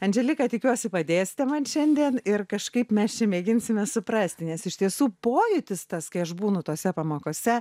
anželika tikiuosi padėsite man šiandien ir kažkaip mes čia mėginsime suprasti nes iš tiesų pojūtis tas kai aš būnu tose pamokose